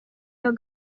iyo